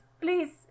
please